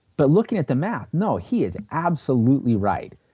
but looking at the map no he is absolutely right.